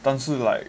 但是 like